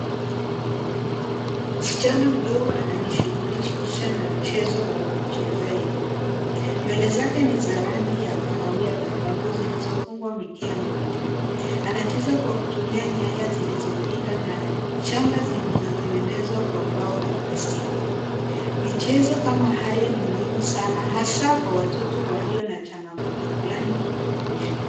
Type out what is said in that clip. Msichana mdogo anajishughulisha na mchezo wa kuchezea elimu. Nywele zake ni za rangi ya kahawia dhahabu zilizofungwa mikia miwili. Anacheza kwa kutumia nyaya zilizopinda na shanga zilizotengenezwa kwa mbao na plastiki. Michezo kama hayo ni muhimu sana hasa kwa watoto walio na changamoto fulani kwenye maisha.